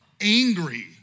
angry